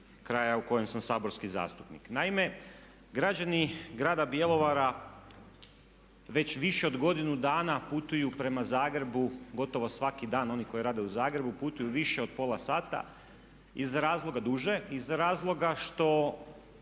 kraja u kojem sam saborski zastupnik. Naime, građani grada Bjelovara već više od godinu dana putuju prema Zagrebu gotovo svaki dan oni koji rade u Zagrebu putuju više od pola sata duže iz razloga što